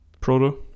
proto